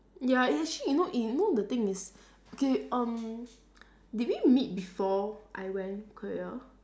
ya it's actually you know you know the thing is okay um did we meet before I went korea